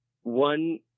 one